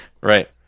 Right